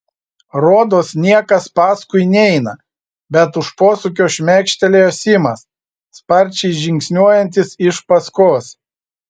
rodos niekas paskui neina bet už posūkio šmėkštelėjo simas sparčiai žingsniuojantis iš paskos